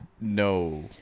No